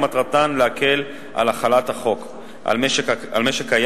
ומטרתן להקל את החלת החוק על משק קיים